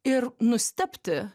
ir nustebti